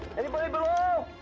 anybody below?